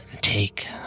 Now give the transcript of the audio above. take